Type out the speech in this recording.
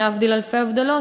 להבדיל אלפי הבדלות,